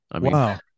Wow